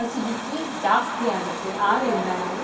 acidity ಜಾಸ್ತಿ ಆಗುತ್ತೆ ಆದರಿಂದ ನಾವು